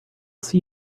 see